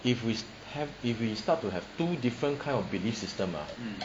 if we have if we start to have two different kind of belief system ah